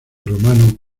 romano